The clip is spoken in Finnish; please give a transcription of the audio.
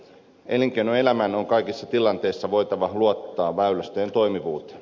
elinkeinoelämän on kaikissa tilanteissa voitava luottaa väylästöjen toimivuuteen